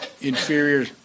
inferior